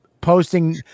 posting